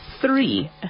three